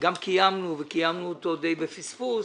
גם קיימנו וקיימנו אותו די בפספוס,